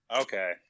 Okay